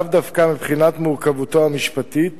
לאו דווקא מבחינת מורכבותו המשפטית